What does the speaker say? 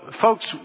folks